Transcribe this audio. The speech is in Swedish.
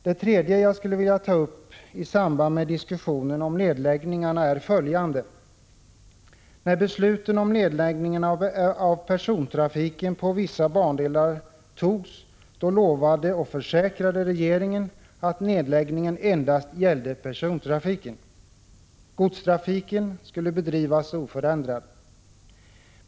För det tredje: När besluten om nedläggning av persontrafiken på vissa bandelar fattades lovade och försäkrade regeringen att nedläggningen endast gällde persontrafiken. Godstrafiken skulle bedrivas oförändrad.